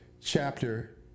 chapter